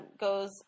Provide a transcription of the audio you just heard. goes